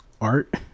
art